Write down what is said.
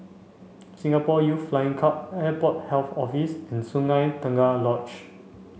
Singapore Youth Flying Club Airport Health Office and Sungei Tengah Lodge